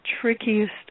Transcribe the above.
trickiest